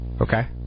okay